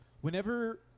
Whenever